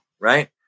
Right